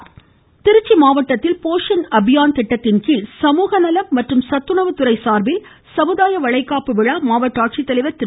திருச்சி திருச்சியில் மாவட்டத்தில் போஷன் அபியான் திட்டத்தின்கீழ் சமூக நலம் மற்றும் சத்துணவு துறை சார்பில் சமுதாய வளைகாப்பு விழா மாவட்ட ஆட்சித்தலைவர் திரு